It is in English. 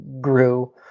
grew